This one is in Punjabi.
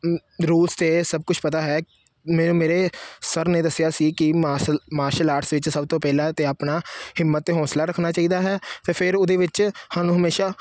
ਰੂਲਸ ਤਾਂ ਸਭ ਕੁਛ ਪਤਾ ਹੈ ਮੇ ਮੇਰੇ ਸਰ ਨੇ ਦੱਸਿਆ ਸੀ ਕਿ ਮਾਰਸ਼ਲ ਮਾਰਸ਼ਲ ਆਰਟਸ ਵਿੱਚ ਸਭ ਤੋਂ ਪਹਿਲਾਂ ਤਾਂ ਆਪਣਾ ਹਿੰਮਤ ਅਤੇ ਹੌਸਲਾ ਰੱਖਣਾ ਚਾਹੀਦਾ ਹੈ ਅਤੇ ਫਿਰ ਉਹਦੇ ਵਿੱਚ ਸਾਨੂੰ ਹਮੇਸ਼ਾ